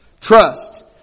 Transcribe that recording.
Trust